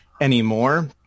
anymore